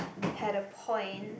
had a point